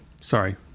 Sorry